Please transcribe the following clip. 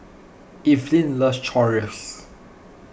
Eveline loves Chorizo